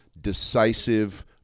decisive